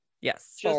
Yes